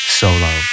solo